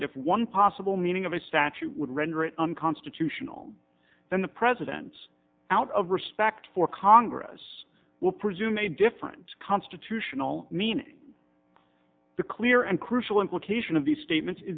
that if one possible meaning of a statute would render it unconstitutional then the president's out of respect for congress will presume a different constitutional meaning the clear and crucial implication of these statements